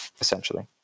essentially